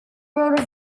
wrote